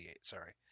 Sorry